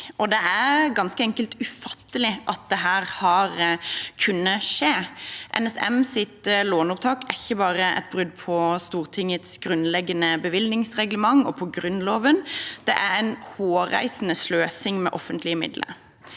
det er ganske enkelt ufattelig at dette har kunnet skje. NSMs lånopptak er ikke bare et brudd på Stortingets grunnleggende bevilgningsreglement og på Grunnloven. Det er en hårreisende sløsing med offentlige midler.